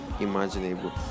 imaginable